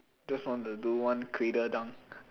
just want to do one cradle dunk